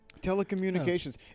Telecommunications